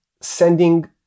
sending